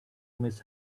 miss